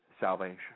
salvation